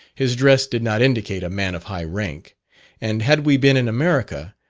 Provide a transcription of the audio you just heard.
his dress did not indicate a man of high rank and had we been in america,